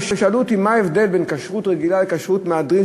ושאלו אותי מה ההבדל בין כשרות רגילה לכשרות מהדרין,